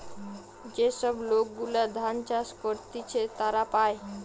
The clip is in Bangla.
যে সব লোক গুলা ধান চাষ করতিছে তারা পায়